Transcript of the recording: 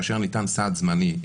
כאשר ניתן סעד זמני,